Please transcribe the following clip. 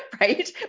right